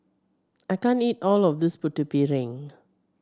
I can't eat all of this Putu Piring